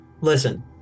listen